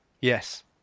Yes